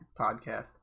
podcast